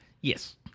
Yes